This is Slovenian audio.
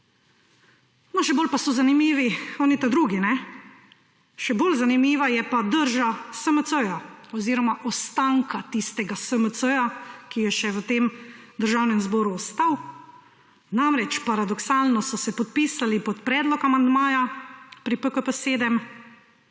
še bolj pa so zanimivi tisto drugi. Še bolj zanimiva je pa drža SMC oziroma ostanka tistega SMC, ki je še v tem državnem zboru ostal. Namreč, paradoksalno so se podpisali pod predlog amandmaja pri PKP 7,